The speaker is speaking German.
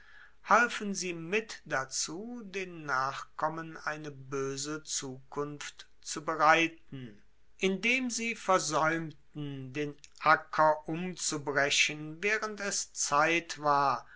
halfen sie mit dazu den nachkommen eine boese zukunft zu bereiten indem sie versaeumten den acker umzubrechen waehrend es zeit war